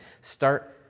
start